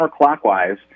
counterclockwise